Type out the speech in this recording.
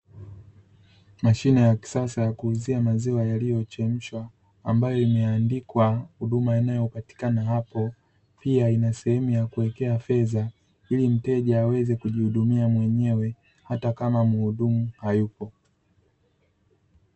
Mashine ya kisasa ya kuuzia maziwa yaliyochemshwa, ambayo imeandikwa huduma inayopatikana hapo. Pia, ina sehemu ya kuwekea fedha, ili mteja aweze kujihudumia mwenyewe hata kama mhudumu hayupo.